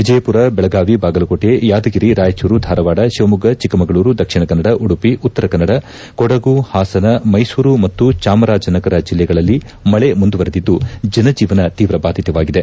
ವಿಜಯಪುರ ಬೆಳಗಾವಿಬಾಗಲಕೋಟೆ ಯಾದಗಿರಿ ರಾಯಚೂರು ಧಾರವಾಡ ಶಿವಮೊಗ್ಗ ಚಿಕ್ಕಮಗಳೂರು ದಕ್ಷಿಣ ಕನ್ನಡ ಉಡುಪಿ ಉತ್ತರ ಕನ್ನಡ ಕೊಡಗು ಹಾಸನ ಮೈಸೂರು ಮತ್ತು ಚಾಮರಾಜನಗರ ಜಿಲ್ಲೆಗಳಲ್ಲಿ ಮಳೆ ಮುಂದುವರೆದಿದ್ದು ಜನಜೀವನ ತೀವ್ರ ಬಾಧಿತವಾಗಿದೆ